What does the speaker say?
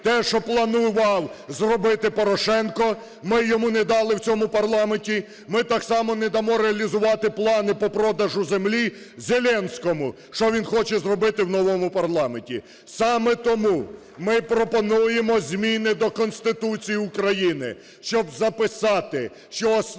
Те, що планував зробити Порошенко, ми йому не дали в цьому парламенті. Ми так само не дамо реалізувати плани по продажу землі Зеленському, що він хоче зробити в новому парламенті. Саме тому ми пропонуємо зміни до Конституції України, щоб записати, що основою